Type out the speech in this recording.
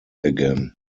again